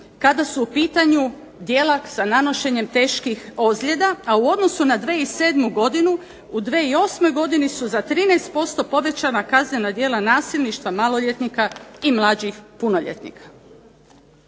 kada su u pitanju djela sa nanošenjem teških ozljeda. A u odnosu na 2007. godinu u 2008. godini su za 13% povećana kaznena djela nasilništva maloljetnika i mlađih punoljetnika.